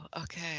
okay